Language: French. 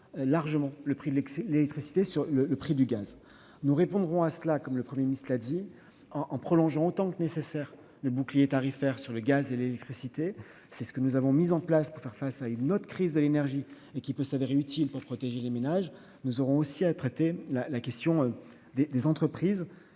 largement le prix de l'électricité sur le prix du gaz. Nous répondrons à cette situation, M. le Premier ministre l'a dit, en prolongeant autant que nécessaire le bouclier tarifaire concernant le gaz et l'électricité, que nous avions mis en place pour faire face à une autre crise de l'énergie. Il peut s'avérer utile pour protéger les ménages. Nous aurons également à traiter la question des entreprises,